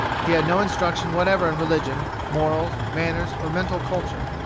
he had no instruction whatever in religion, morals, manners, or mental culture.